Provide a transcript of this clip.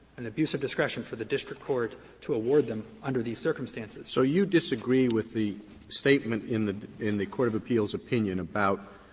an abuse of discretion for the district court to award them under these circumstances. roberts so you disagree with the statement in the in the court of appeals opinion about,